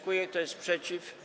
Kto jest przeciw?